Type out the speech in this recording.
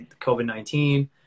COVID-19